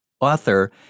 author